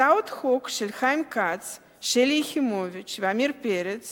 הצעות חוק של חיים כץ, שלי יחימוביץ ועמיר פרץ